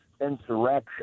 insurrection